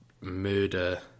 murder